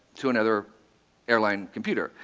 to another airline computer.